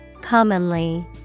Commonly